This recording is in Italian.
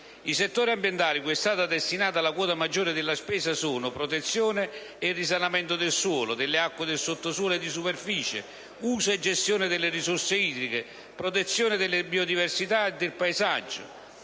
I settori ambientali cui è stata destinata la quota maggiore della spesa sono: protezione e risanamento del suolo, delle acque del sottosuolo e di superficie; uso e gestione delle risorse idriche; protezione della biodiversità e del paesaggio;